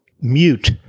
mute